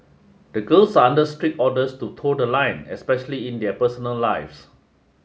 the girls are under strict orders to toe the line especially in their personal lives